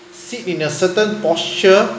sit in a certain posture